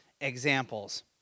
examples